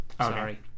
Sorry